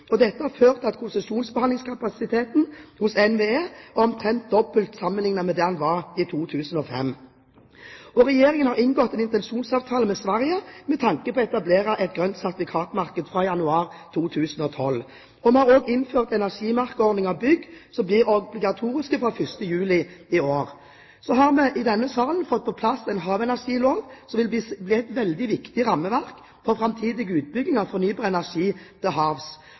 Dette har ført til at konsesjonsbehandlingskapasiteten hos NVE omtrent er doblet sammenlignet med det den var i 2005. Regjeringen har inngått en intensjonsavtale med Sverige med tanke på etablering av et grønt sertifikatmarked fra januar 2012. Vi har innført en ordning med energimerking av bygg, som blir obligatorisk fra 1. juli i år. I denne salen har vi fått på plass en havenergilov som vil bli et veldig viktig rammeverk for framtidig utbygging av fornybar energi til havs.